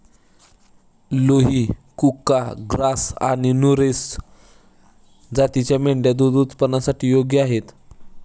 लुही, कुका, ग्राझ आणि नुरेझ जातींच्या मेंढ्या दूध उत्पादनासाठी योग्य आहेत